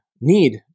need